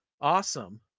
Awesome